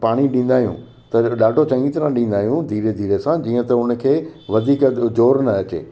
पाणी ॾींदा आहियूं त अगरि ॾाढो चङी तरह ॾींदा आहियूं धीरे धीरे सां ॾींदा आहियूं जीअं त उन खे वधीक ज़ोरु न अचे